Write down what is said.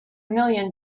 million